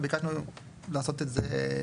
וביקשנו לעשות את זה,